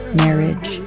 marriage